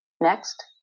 Next